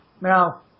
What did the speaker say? Now